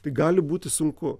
tai gali būti sunku